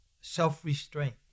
self-restraint